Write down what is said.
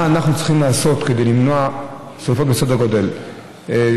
מה אנחנו צריכים לעשות כדי למנוע שרפות בסדר גודל כזה?